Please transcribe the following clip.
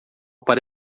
para